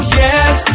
yes